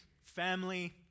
family